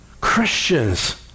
Christians